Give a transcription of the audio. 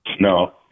No